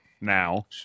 now